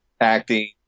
acting